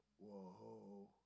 Whoa